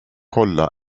kolla